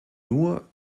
nur